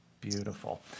Beautiful